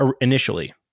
initially